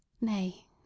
Nay